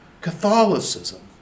Catholicism